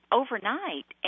overnight